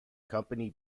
company